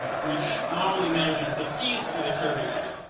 which normally manages the fees for the services,